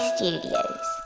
Studios